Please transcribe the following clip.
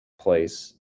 place